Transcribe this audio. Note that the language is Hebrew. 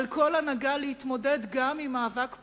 על כל הנהגה להתמודד גם עם מאבק פנימי,